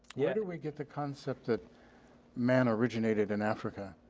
yeah do we get the concept that man originated in africa.